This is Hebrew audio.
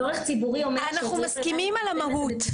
אנחנו מסכימים על המהות,